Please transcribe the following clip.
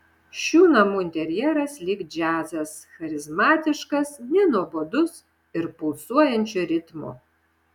šių namų interjeras lyg džiazas charizmatiškas nenuobodus ir pulsuojančio ritmo